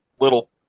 little